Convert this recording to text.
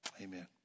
Amen